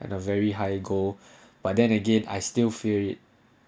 and a very high go but then again I still feel it